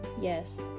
Yes